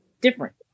different